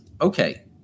Okay